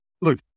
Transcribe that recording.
Look